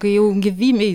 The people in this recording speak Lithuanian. kai jau gyvybei